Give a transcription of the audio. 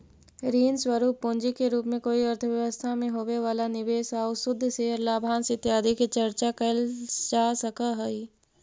ऋण स्वरूप पूंजी के रूप में कोई अर्थव्यवस्था में होवे वाला निवेश आउ शुद्ध शेयर लाभांश इत्यादि के चर्चा कैल जा सकऽ हई